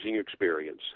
experience